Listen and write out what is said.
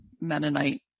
mennonite